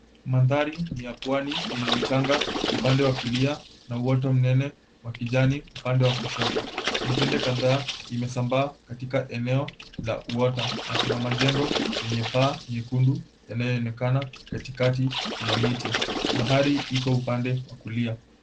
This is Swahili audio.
Mandhari ya pwani yenye mchanga upande wa kulia na uota mnene wa kijani upande wa kushoto. Mitende kadhaa imesambaa katika eneo la uota na kuna majengo yenye paa nyekundu yanayo onekana katikati ya miti. Bahari iko upande wa kulia.